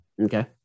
Okay